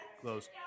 close